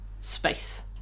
space